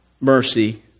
mercy